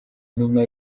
intumwa